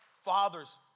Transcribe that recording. fathers